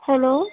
hello